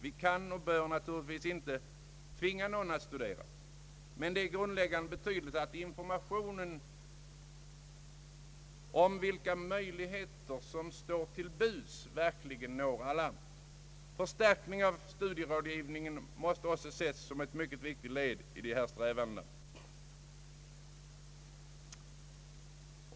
Vi kan och bör naturligtvis inte tvinga någon att studera, men det är av grundläggande betydelse att informationen om vilka möjligheter som står till buds verkligen når alla. För stärkning av studierådgivningen måste också ses som ett mycket viktigt led i dessa strävanden.